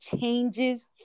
changes